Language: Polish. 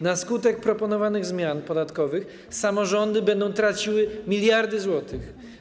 Na skutek proponowanych zmian podatkowych samorządy będą traciły miliardy złotych.